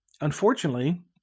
unfortunately